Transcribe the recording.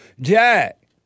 Jack